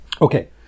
Okay